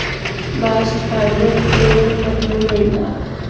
bast fibre phloem मधना मिळता